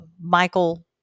Michael